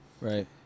right